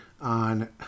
on